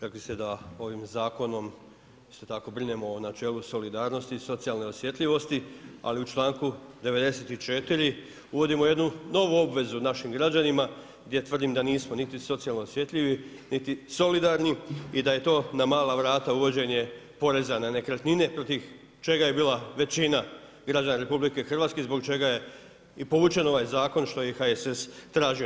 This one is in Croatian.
Rekli ste da ovim zakonom isto tako brinemo o načelu solidarnosti i socijalne osjetljivosti, ali u članku 94. uvodimo jednu novu obvezu našim građanima, gdje tvrdim da nismo niti socijalno osjetljivi niti solidarni i da je to na mala vrata uvođenje poreza na nekretnine, protiv čega je bila većina građana RH i zbog čega je i povučen ovaj zakon, što je i HSS tražio.